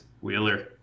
wheeler